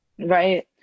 Right